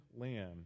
lamb